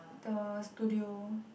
the studio